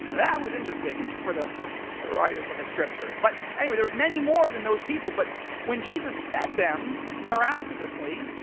that was interesting for the writers of the scriptures. but anyway, there was many more than those people, but when jesus fed them miraculously,